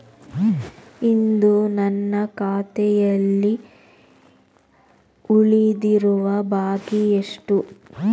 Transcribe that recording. ಇಂದು ನನ್ನ ಖಾತೆಯಲ್ಲಿ ಉಳಿದಿರುವ ಬಾಕಿ ಎಷ್ಟು?